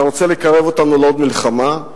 אתה רוצה לקרב אותנו לעוד מלחמה?